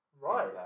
right